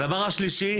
הדבר השלישי,